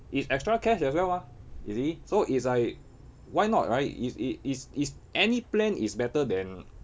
it's extra cash as well mah you see so it's like why not right it's it's it's any plan is better than